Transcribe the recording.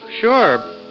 sure